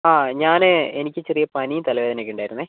ആ ഞാൻ എനിക്ക് ചെറിയ പനിയും തലവേദനയും ഒക്കെ ഉണ്ടായിരുന്നേ